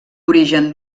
origen